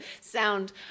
sound